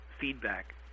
feedback